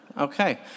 Okay